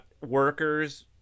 workers